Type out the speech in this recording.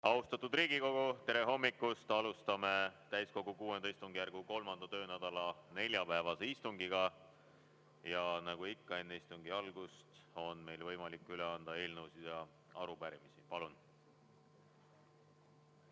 Austatud Riigikogu! Tere hommikust! Alustame täiskogu VI istungjärgu 3. töönädala neljapäevast istungit. Ja nagu ikka enne istungi algust, on meil võimalik üle anda eelnõusid ja arupärimisi. Palun!